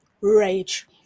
rage